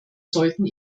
sollten